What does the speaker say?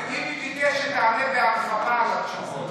ביבי ביקש שתענה בהרחבה על התשובות,